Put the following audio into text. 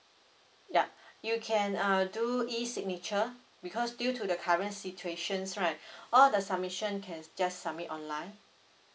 ya you can uh do E signature because due to the current situations right all the submission can just submit online